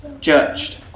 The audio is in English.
judged